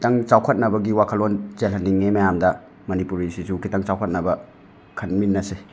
ꯈꯤꯇꯪ ꯆꯥꯎꯈꯠꯅꯕꯒꯤ ꯋꯥꯈꯜꯂꯣꯟ ꯆꯦꯜꯍꯟꯂꯤꯡꯉꯦ ꯃꯌꯥꯝꯗ ꯃꯅꯤꯄꯨꯔꯤꯁꯤꯁꯨ ꯈꯤꯇꯪ ꯆꯥꯎꯈꯠꯅꯕ ꯈꯟꯃꯤꯟꯅꯁꯦ